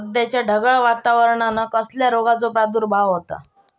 सध्याच्या ढगाळ वातावरणान कसल्या रोगाचो प्रादुर्भाव होता?